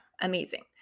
Amazing